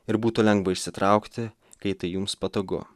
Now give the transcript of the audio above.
ir būtų lengva išsitraukti kai tai jums patogu